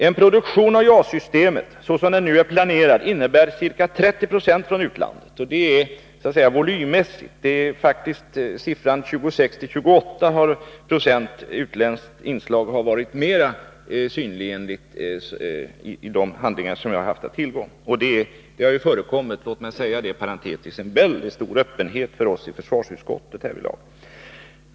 En produktion av JAS-systemet så som det nu är planerat innebär ett inslag från utlandet på högst ca 30 26 — 26-28 96 har oftare nämnts i de handlingar jag haft att tillgå. Låt mig parentetiskt tillägga att vi i försvarsutskottet blivit informerade med väldigt stor öppenhet.